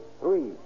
Three